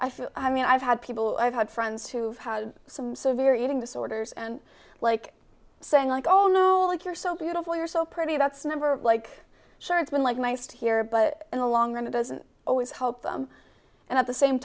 like i mean i've had people i've had friends who've had some severe eating disorders and like saying like oh muhlach you're so beautiful you're so pretty that's never like sure it's been like most here but in the long run it doesn't always help them and at the same